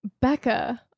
becca